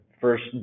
first